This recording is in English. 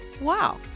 wow